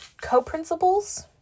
co-principals